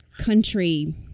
country